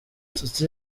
nshuti